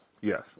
Yes